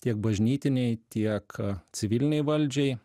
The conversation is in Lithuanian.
tiek bažnytinei tiek civilinei valdžiai